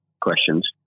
questions